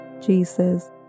Jesus